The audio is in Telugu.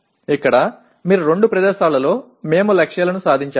ఇక్కడ మీరు రెండు ప్రదేశాలలో మేము లక్ష్యాలను సాధించాము